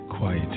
Quiet